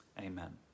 Amen